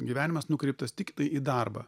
gyvenimas nukreiptas tiktai į darbą